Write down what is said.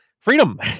Freedom